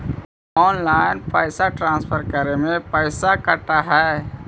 Online पैसा transfer करे में पैसा कटा है?